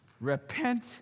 Repent